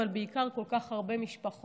אבל בעיקר כל כך הרבה משפחות